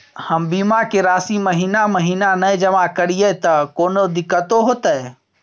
हम बीमा के राशि महीना महीना नय जमा करिए त कोनो दिक्कतों होतय?